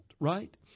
right